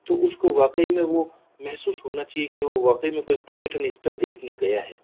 तो उसको वाक़ई में वो महसूस होना चाहिए कि वो वाक़ई में कोई पर्यटन स्थल देखने गया है